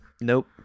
Nope